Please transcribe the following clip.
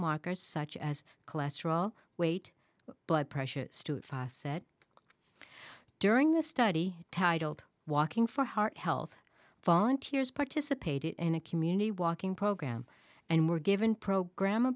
markers such as cholesterol weight blood pressure stood fast said during the study titled walking for heart health volunteers participated in a community walking program and were given program